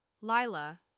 Lila